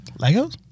Legos